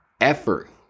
effort